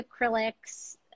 acrylics